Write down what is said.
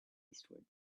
eastward